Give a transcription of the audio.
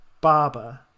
barber